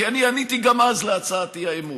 כי אני עניתי גם אז להצעת האי-אמון,